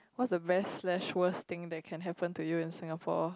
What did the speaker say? what's the best oh slash worst thing that can happen to you in Singapore